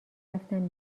رفتم